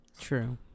True